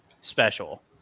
special